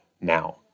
now